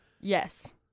Yes